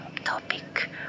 Topic